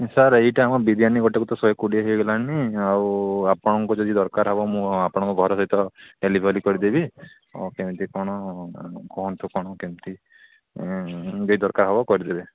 sir ଏଇଟା ଆମ ବିରିୟାନୀ ଗୋଟାକୁ ତ ଶହେ କୋଡ଼ିଏ ହୋଇଗଲାଣି ଆଉ ଆପଣ ଯଦି ଦରକାର ହେବ ମୁଁ ଆପଣଙ୍କ ଘର ସହିତ ଡେଲିଭରୀ କରି ଦେବି ଆଉ କେମିତି କ'ଣ କୁହନ୍ତୁ କ'ଣ କେମିତି ଦେଇ ଦରକାର ହେବ କରି ଦେବେ